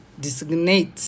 designate